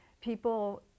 People